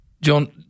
John